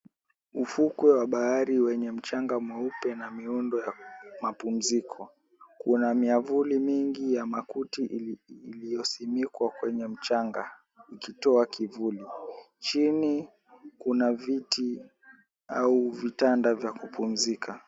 Ufukwe wa bahari wenye mchanga mweupe na miundo ya mapumziko. Kuna miavuli mingi ya makuti iliyosindikwa kwenye mchanga ikitoa kivuli. Chini kuna viti au vitanda vya kupumzika.